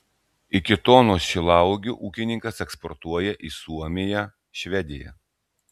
iki tonos šilauogių ūkininkas eksportuoja į suomiją švediją